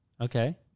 Okay